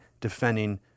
defending